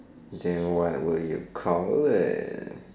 there why where you call the